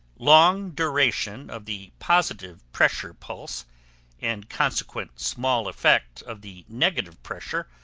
long duration of the positive pressure pulse and consequent small effect of the negative pressure,